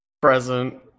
present